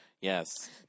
Yes